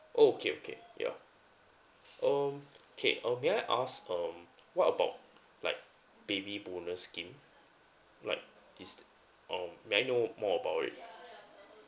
oh okay okay ya um okay um may I ask um what about like baby bonus scheme like is um may I know more about it